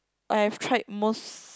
I've tried most